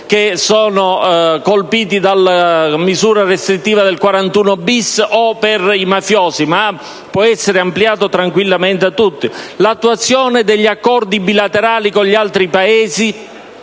che sono colpiti dalla misura restrittiva del 41‑*bis* o per i mafiosi, ma può essere ampliato tranquillamente a tutti. Pensiamo all'attuazione degli accordi bilaterali con gli altri Paesi,